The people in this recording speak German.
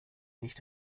nicht